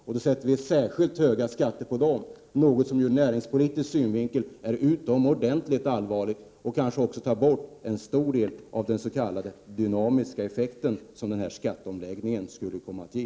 Samtidigt ålägger vi dessa företag särskilt höga skatter — något som ur näringspolitisk synvinkel är utomordentligt allvarligt och som också kanske tar bort en stor del av den s.k. dynamiska effekt som denna skatteomläggning skulle komma att ge.